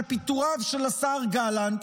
שפיטוריו של השר גלנט